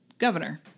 governor